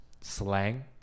slang